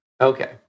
Okay